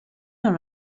dans